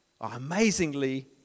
Amazingly